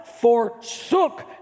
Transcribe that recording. forsook